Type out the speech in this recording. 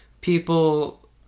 people